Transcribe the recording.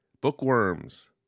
Bookworms